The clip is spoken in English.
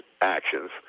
actions